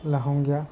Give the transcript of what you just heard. লাহঙ্গীয়া